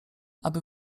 aby